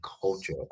culture